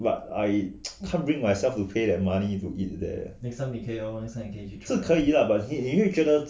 but I can't bring myself to pay that money to eat that eh 是可以啊 but 你会觉得